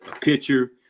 pitcher